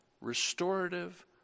restorative